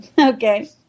Okay